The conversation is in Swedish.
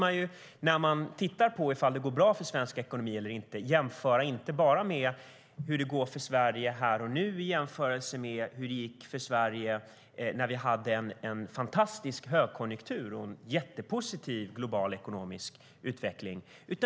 När vi då tittar på ifall det går bra för svensk ekonomi eller inte kan vi inte bara jämföra hur det går för Sverige här och nu med hur det gick för Sverige när vi hade en fantastisk högkonjunktur och en jättepositiv global ekonomisk utveckling.